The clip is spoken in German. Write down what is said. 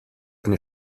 eine